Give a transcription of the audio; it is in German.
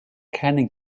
keinen